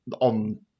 on